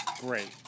great